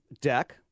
deck